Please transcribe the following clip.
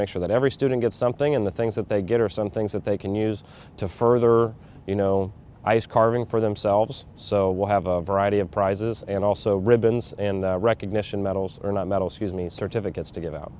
make sure that every student gets something in the things that they get or some things that they can use to further you know ice carving for themselves so we'll have a variety of prizes and also ribbons and recognition medals or not medals he's mean certificates to give out